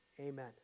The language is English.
amen